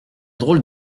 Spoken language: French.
drôle